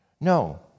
No